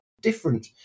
different